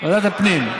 ועדת הפנים.